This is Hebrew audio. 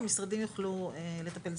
המשרדים יוכלו לטפל.